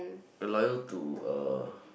you're loyal to uh